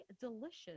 delicious